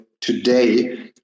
today